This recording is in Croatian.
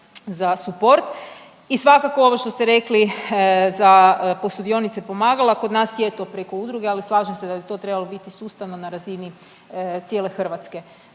za support. I svakako ovo što ste rekli za posudionice pomagala kod nas i eto preko udruge, ali slažem se da je to trebalo biti sustavno na razini cijele Hrvatske.